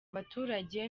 baturage